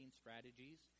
strategies